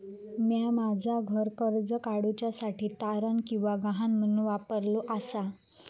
म्या माझा घर कर्ज काडुच्या साठी तारण किंवा गहाण म्हणून वापरलो आसा